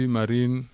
Marine